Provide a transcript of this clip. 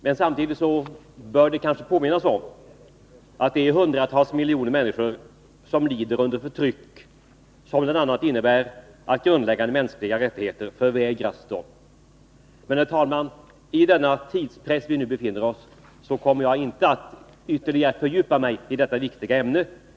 Men det bör samtidigt påminnas om att hundratals miljoner människor lider under förtryck och att grundläggande mänskliga rättigheter förvägras dem. Men, herr talman, i den tidspress vi nu befinner oss kommer jag inte att ytterligare fördjupa mig i detta viktiga ämne.